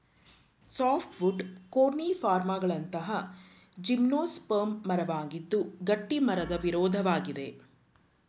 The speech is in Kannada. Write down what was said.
ಸಾಫ್ಟ್ವುಡ್ ಕೋನಿಫರ್ಗಳಂತಹ ಜಿಮ್ನೋಸ್ಪರ್ಮ್ ಮರವಾಗಿದ್ದು ಗಟ್ಟಿಮರದ ವಿರುದ್ಧವಾಗಿದೆ